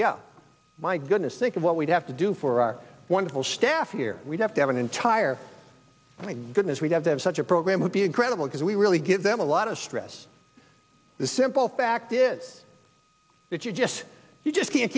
know my goodness think of what we have to do for our wonderful staff here we have to have an entire goodness we have to have such a program would be incredible because we really give them a lot of stress the simple fact is that you just you just can't